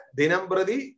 dinambradi